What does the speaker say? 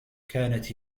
كانت